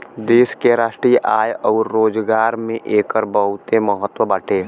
देश के राष्ट्रीय आय अउर रोजगार में एकर बहुते महत्व बाटे